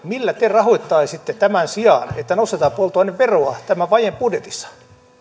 millä te rahoittaisitte tämän sijaan että nostetaan polttoaineveroa tämän vajeen budjetissa